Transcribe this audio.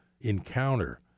encounter